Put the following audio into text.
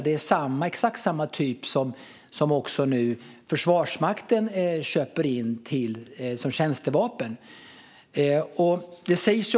Det är exakt samma typ som Försvarsmakten nu köper in som tjänstevapen.